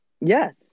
Yes